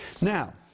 Now